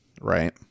right